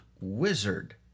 wizard